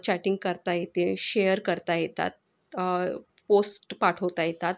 chatting करता येते share करता येतात पोस्ट पाठवता येतात